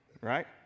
right